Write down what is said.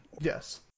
Yes